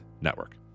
Network